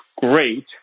great